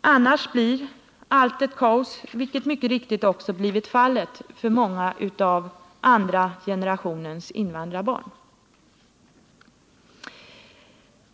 Annars blir allt ett kaos, vilket mycket riktigt också blivit fallet för många av andra generationens invandrarbarn.